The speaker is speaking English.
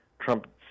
Trump